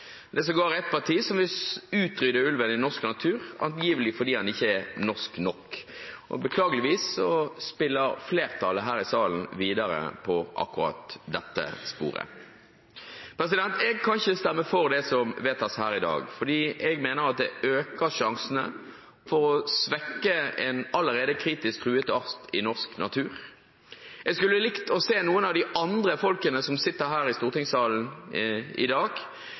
Det er sågar et parti som vil utrydde ulven i norsk natur, angivelig fordi den ikke er norsk nok. Beklageligvis spiller flertallet her i salen videre på akkurat dette sporet. Jeg kan ikke stemme for det som vedtas her i dag, fordi jeg mener at det øker risikoen for å svekke en allerede kritisk truet art i norsk natur. Jeg skulle likt å se noen av de andre folkene som sitter her i stortingssalen i dag,